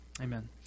Amen